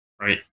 right